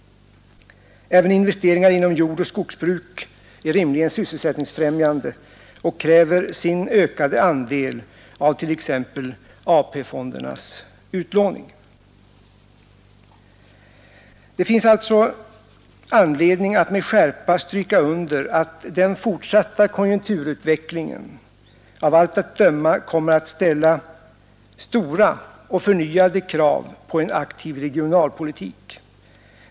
Även investeringar inom jordoch skogsbruk är rimligen sysselsättningsfrämjande och kräver sin ökade andel av t.ex. AP-fondernas utlåning. Det finns alltså anledning att med skärpa stryka under att den fortsatta konjunkturutvecklingen av allt att döma kommer att ställa stora och förnyade krav på en aktiv regionalpolitik.